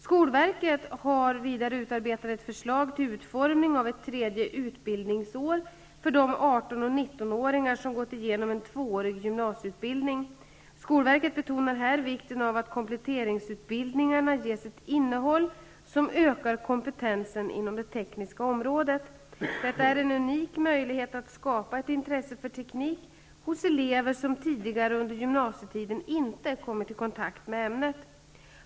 Skolverket betonar här vikten av att kompletteringsutbildningarna ges ett innehåll som ökar kompetensen inom det tekniska området. Detta är en unik möjlighet att skapa ett intresse för teknik hos elever som tidigare under gymnasietiden inte kommit i kontakt med ämnet.